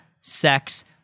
sex